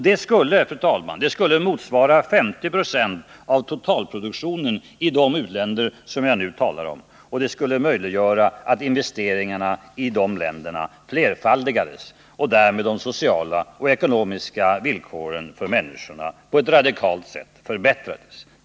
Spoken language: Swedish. Det skulle motsvara 50 96 av totalproduktionen i de u-länder som jag nu talar om, och det skulle möjliggöra att investeringarna i dessa länder flerfaldigades och därmed de sociala och ekonomiska villkoren för människorna på ett radikalt sätt förbättrades.